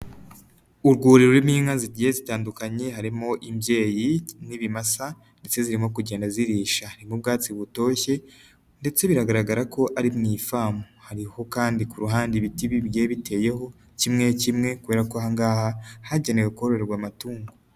Urwuri rurimo inka zigiye zitandukanye harimo imbyeyi n'ibimasa ndetse zirimo kugenda zirisha. Harimo ubwatsi butoshye ndetse bigaragara ko ari mu ifamu. Hariho kandi ku ruhande ibiti bigiye biteyeho kimwe kimwe kubera ko aha ngaha hagenewe kororerwa amatungo.